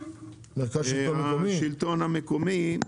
מרכז שלטון מקומי.